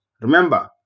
remember